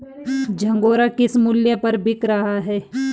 झंगोरा किस मूल्य पर बिक रहा है?